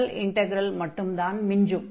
முதல் இன்டக்ரல் மட்டும்தான் மிஞ்சும்